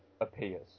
appears